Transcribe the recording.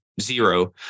zero